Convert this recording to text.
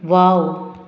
wow